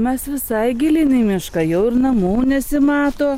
mes visai gilyn į mišką jau ir namų nesimato